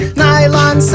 nylon